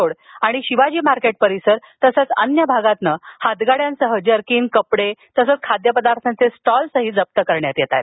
road तसंच Shivaji market परिसर आणि अन्य भागातून हातगाड्यांसहीत जर्किंन कपडे तसेच खाद्यपदार्थांचे स्टॉल्स् जप्त करण्यात येत आहेत